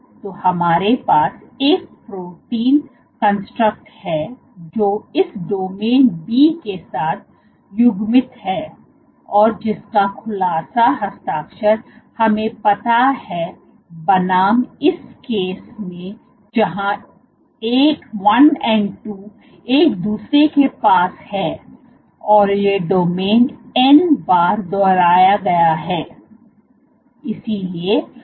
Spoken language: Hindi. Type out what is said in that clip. तो हमारे पास एक प्रोटीन कंस्ट्रक्ट है जो इस डोमेन B के साथ युग्मित है और जिसका खुलासा हस्ताक्षर हमें पता है बनाम इस केस में जहां 1 and 2 एक दूसरे के पास है और यह डोमेन n बार दोहराया गया है